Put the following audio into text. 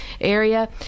area